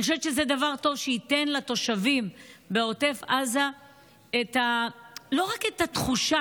אני חושבת שזה דבר טוב שייתן לתושבים בעוטף עזה לא רק את התחושה,